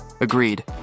Agreed